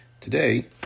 Today